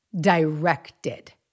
directed